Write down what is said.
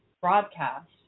broadcast